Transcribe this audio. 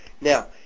Now